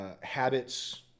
habits